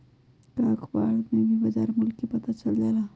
का अखबार से भी बजार मूल्य के पता चल जाला?